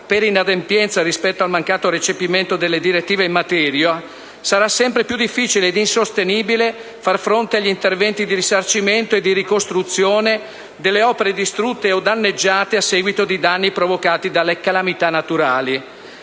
per inadempienza rispetto al mancato recepimento delle direttive in materia), sarà sempre più difficile ed insostenibile far fronte agli interventi di risarcimento e di ricostruzione delle opere distrutte o danneggiate a seguito di danni provocati dalle calamità naturali.